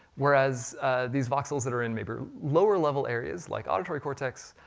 whereas these voxels that are in maybe lower level areas, like auditory cortex,